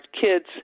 kids